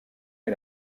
est